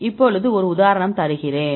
இப்போது ஒரு உதாரணம் தருகிறேன்